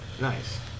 Nice